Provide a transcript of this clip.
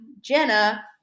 jenna